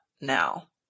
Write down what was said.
now